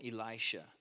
Elisha